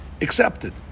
accepted